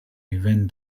even